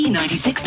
96